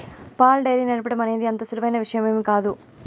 పాల డెయిరీ నడపటం అనేది అంత సులువైన విషయమేమీ కాదు